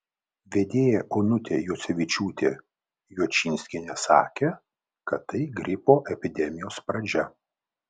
vedėja onutė juocevičiūtė juočinskienė sakė kad tai gripo epidemijos pradžia